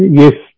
yes